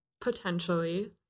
potentially